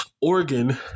Oregon